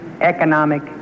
economic